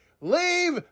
Leave